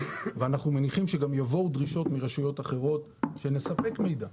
ואנחנו מניחים שגם יבואו דרישות מרשויות אחרות שנספק מידע.